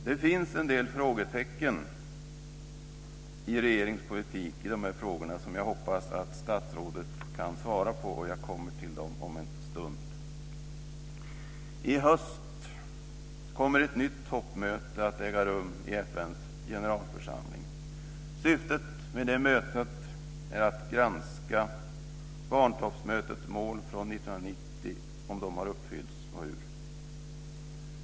Det finns en del frågetecken i regeringens politik i de här frågorna som jag hoppas att statsrådet kan svara på, och jag kommer till dem om en stund. I höst kommer ett nytt toppmöte att äga rum i FN:s generalförsamling. Syftet med det mötet är att granska om barntoppmötets mål från 1990 har uppfyllts och hur.